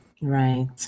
Right